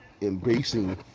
embracing